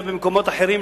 במקומות אחרים,